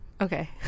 okay